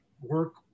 work